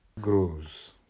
grows